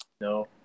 No